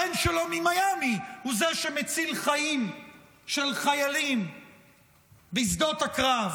הבן שלו ממיאמי הוא זה שמציל חיים של חיילים בשדות הקרב,